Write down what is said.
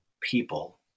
people